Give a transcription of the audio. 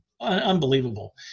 Unbelievable